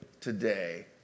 today